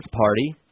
party